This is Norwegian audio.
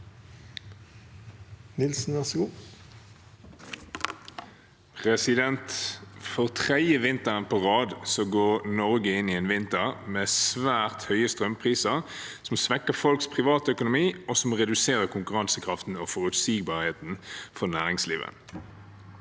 For tredje vinter på rad går Norge inn i en vinter med svært høye strømpriser, som svekker folks privatøkonomi og reduserer konkurransekraften og forutsigbarheten for næringslivet.